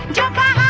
java